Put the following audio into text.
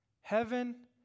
Heaven